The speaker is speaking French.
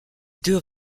deux